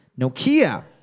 Nokia